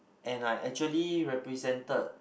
and I actually represented